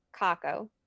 Kako